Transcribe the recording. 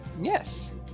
yes